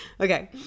Okay